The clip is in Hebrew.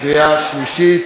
לקריאה שלישית.